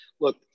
look